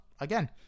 Again